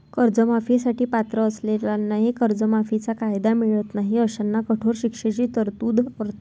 कर्जमाफी साठी पात्र असलेल्यांनाही कर्जमाफीचा कायदा मिळत नाही अशांना कठोर शिक्षेची तरतूद करतो